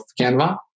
canva